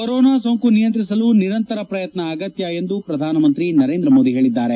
corona ಸೋಂಕು ನಿಯಂತ್ರಿಸಲು ನಿರಂತರ ಪ್ರಯತ್ನ ಅಗತ್ತ ಎಂದು ಪ್ರಧಾನಮಂತ್ರಿ ನರೇಂದ್ರ ಮೋದಿ ಹೇಳಿದ್ದಾರೆ